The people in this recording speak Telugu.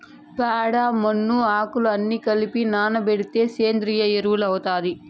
ప్యాడ, మన్ను, ఆకులు అన్ని కలసి నానబెడితే సేంద్రియ ఎరువు అవుతాది